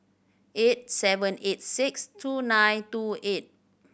eight seven eight six two nine two eight